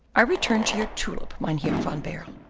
i return to your tulip, mynheer van baerle,